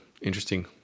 Interesting